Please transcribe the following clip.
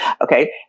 Okay